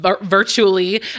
virtually